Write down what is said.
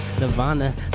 Nirvana